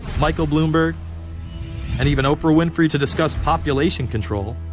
michael bloomberg and even oprah winfrey, to discuss population control,